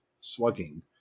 slugging